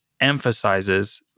emphasizes